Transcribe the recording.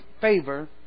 favor